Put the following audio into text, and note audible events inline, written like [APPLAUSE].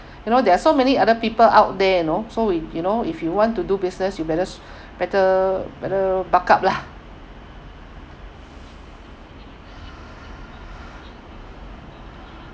[BREATH] you know there are so many other people out there you know so we you know if you want to do business you better [NOISE] [BREATH] better better backup lah [BREATH]